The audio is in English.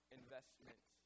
investment